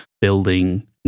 building